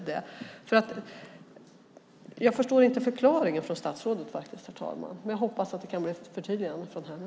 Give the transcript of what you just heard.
Jag förstår inte förklaringen från statsrådet, herr talman, men jag hoppas att jag kan få ett förtydligande av henne.